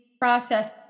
process